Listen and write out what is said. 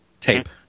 Tape